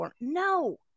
No